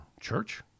church